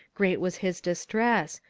great was his distress,